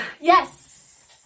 Yes